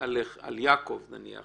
על יעקב נניח